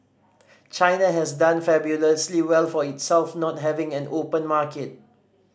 China has done fabulously well for itself not having an open market